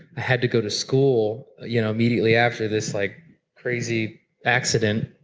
i had to go to school, you know, immediately after this like crazy accident.